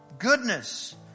Goodness